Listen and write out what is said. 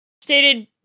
stated